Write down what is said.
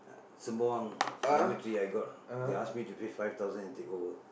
Sembawang dormitory I got they ask me to pay five thousand and take over